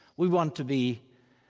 we want to be,